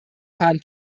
fahren